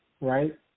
right